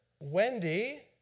Wendy